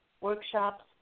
workshops